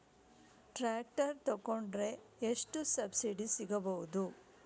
Tractor ತೊಕೊಂಡರೆ ಎಷ್ಟು subsidy ಸಿಗಬಹುದು?